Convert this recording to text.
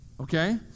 Okay